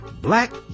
black